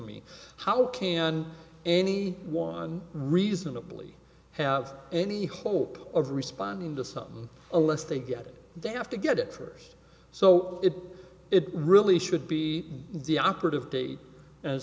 me how can any one reasonably have any hope of responding to some a less they get it they have to get it first so if it really should be the operative date a